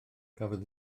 cafodd